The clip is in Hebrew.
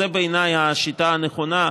זו בעיניי השיטה הנכונה,